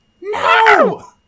No